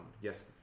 yes